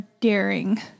daring